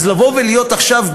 אז לבוא עכשיו ולהיות גיבור,